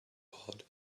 part